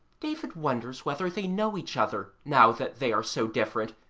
david wonders whether they know each other, now that they are so different,